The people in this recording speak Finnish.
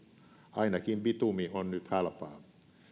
ainakin bitumi on nyt halpaa